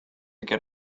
get